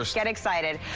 ah get excited.